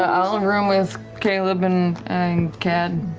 um room with caleb and and cad.